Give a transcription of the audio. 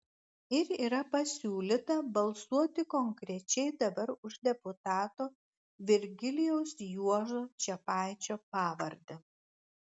ir yra pasiūlyta balsuoti konkrečiai dabar už deputato virgilijaus juozo čepaičio pavardę